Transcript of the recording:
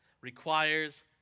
requires